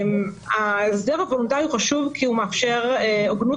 ההסדר הוולונטרי הוא חשוב כי הוא מאפשר הוגנות